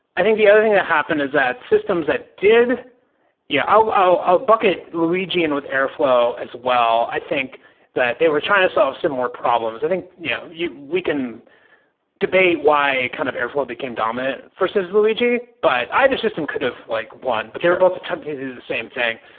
i think the other thing that happened is that systems that did yeah, i'll i'll bucket luigi in with airflow as well. i think that they were trying to solve similar problems. i think you know you we can debate why kind of airflow became dominant versus luigi, but either system could have like one, but they were both attempting to do the same thing.